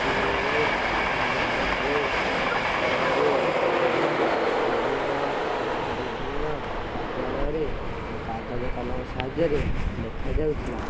ସ୍କୁଲ୍ରେ ବ୍ୟାଙ୍କ୍ ରେ ଡ଼ାକଘରେ ଏବଂ ବିଭିନ୍ନ କାର୍ଯ୍ୟାଳୟରେ କାଗଜ କଲମ ସାହାଯ୍ୟରେ ଲେଖାଯାଉ ଥିଲା